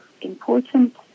important